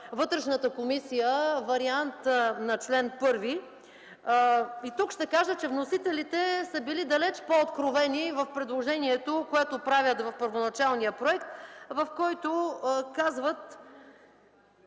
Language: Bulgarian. Вътрешната комисия вариант на чл. 1. Тук ще кажа, че вносителите са били далеч по-откровени в предложението, което правят в първоначалния проект, в който казват,